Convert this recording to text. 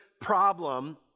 problem